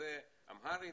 שזה אמהרית,